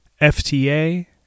F-T-A